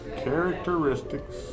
characteristics